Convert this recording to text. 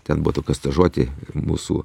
ten buvo tokia stažuotė mūsų